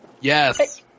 Yes